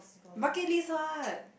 bucket list what